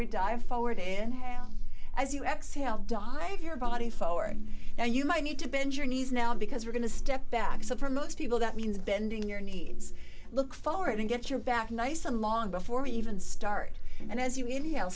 we dive forward inhale as you exhale dive your body forward now you might need to bend your knees now because we're going to step back so for most people that means bending your needs look forward and get your back nice along before you even start and as you inhale